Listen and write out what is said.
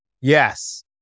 Yes